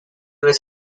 was